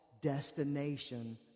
destination